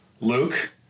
Luke